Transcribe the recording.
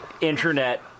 internet